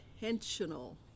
intentional